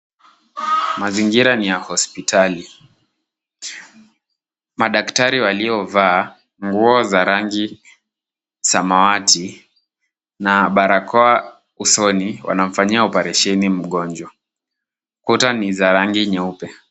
Mazingira ni ya hospitali. Madaktari waliovaa nguo za rangi samawati na barakoa usoni wanamfanyia oparesheni mgonjwa. Kuta ni za rangi nyeupe.